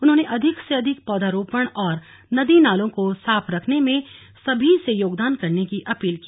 उन्होंने अधिक से अधिक पौधारोपण व नदी नालों को साफ रखने में भी सभी से योगदान करने की अपील की